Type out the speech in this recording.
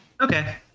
Okay